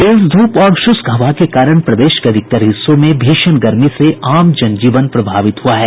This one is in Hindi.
तेज धूप और शुष्क हवा के कारण प्रदेश के अधिकतर हिस्सों में भीषण गर्मी से आम जनजीवन प्रभावित हुआ है